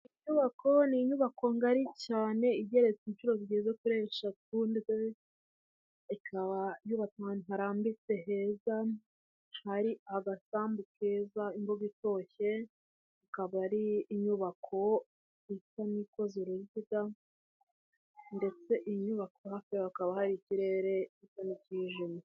Iyi nyubako ni inyubako ngari cyane igeretse inshuro zigeze kuri eshatu, ndetse ikaba yubatse ahantu harambitse heza, hari agasambu keza, imbuga itoshye, ikaba ari inyubako isa ni ikoze uruziga ndetse inyubako hafi yaho hakaba hari ikirere gisa n'ikijimye.